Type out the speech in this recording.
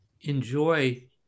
enjoy